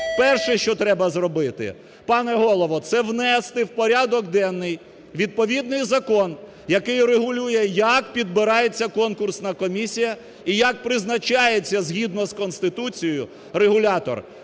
Перше, що треба зробити, пане Голово, це внести в порядок денний відповідний закон, який регулює, як підбирається конкурсна комісія і як признається згідно з Конституцією регулятор,